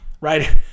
right